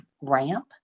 ramp